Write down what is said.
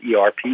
ERP